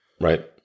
right